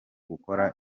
gukora